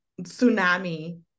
tsunami